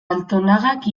altonagak